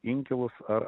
inkilus ar